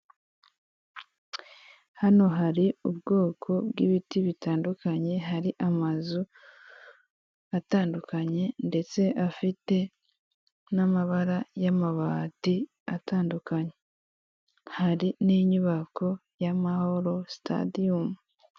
Hano hari ubwoko bw'ibiti bitandukanye, hari amazu atandukanye ndetse afite n'amabara y'amabati atandukanye, hari n'inyubako y'amahoro sitadiyumu.